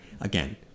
again